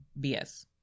BS